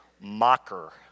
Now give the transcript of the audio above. mocker